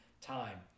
time